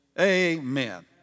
amen